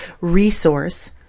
resource